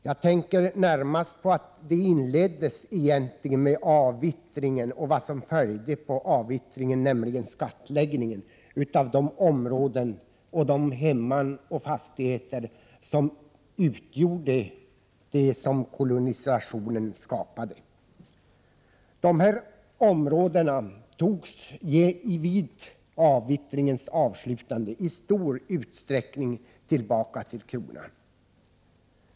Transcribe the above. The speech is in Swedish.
Jag tänker närmast på att det egentligen inleddes med avyttringen, och det som följde efter den, nämligen skattläggningen, av de områden, hemman och fastigheter som utgjorde det som kolonisationen skapade. Dessa områden togs vid avyttringens avslutande i stor utsträckning tillbaka till kronan.